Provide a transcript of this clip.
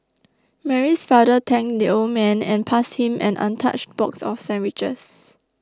Mary's father thanked the old man and passed him an untouched box of sandwiches